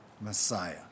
Messiah